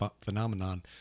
phenomenon